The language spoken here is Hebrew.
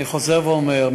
אני חוזר ואומר,